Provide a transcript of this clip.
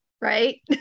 Right